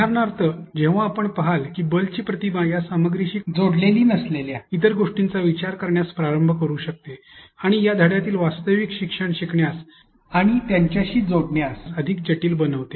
उदाहरणार्थ जेव्हा आपण पहाल की बल्बची प्रतिमा या सामग्रीशी जोडलेली नसलेल्या इतर गोष्टींचा विचार करण्यास प्रारंभ करू शकते आणि या धड्यातील वास्तविक शिक्षणास शिकण्यास आणि त्यांच्याशी जोडण्यास अधिक जटिल बनविते